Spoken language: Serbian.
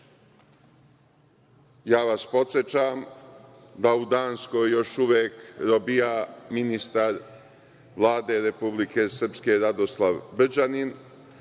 vas da u Danskoj još uvek robija ministar Vlade Republike Srpske Radoslav Brđanin,